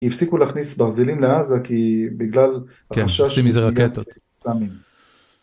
יפסיקו להכניס ברזלים לעזה, כי בגלל החשש... כן, עושים מזה רקטות. קסאמים